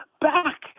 back